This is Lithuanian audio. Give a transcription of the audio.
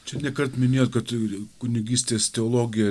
čia ne kart minėjot kad kunigystės teologiją